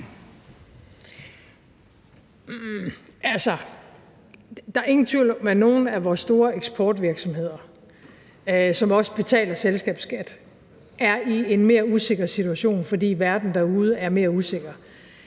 der er ingen tvivl om, at nogle af vores store eksportvirksomheder, som også betaler selskabsskat, er i en mere usikker situation, fordi verden derude er mere usikker.